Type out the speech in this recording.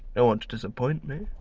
no one to disappoint me,